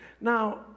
Now